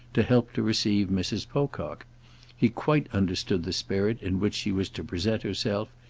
to help to receive mrs. pocock he quite understood the spirit in which she was to present herself,